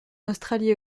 australie